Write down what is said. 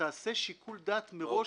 שתעשה שיקול דעת מראש,